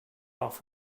off